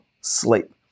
sleep